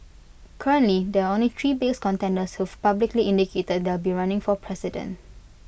currently there are only three big contenders who've publicly indicated that they'll be running for president